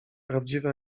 prawdziwy